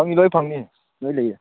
ꯂꯣꯏꯅ ꯐꯪꯅꯤ ꯂꯣꯏꯅ ꯂꯩꯌꯦ